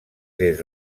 des